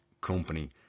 company